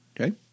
Okay